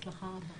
בהצלחה רבה.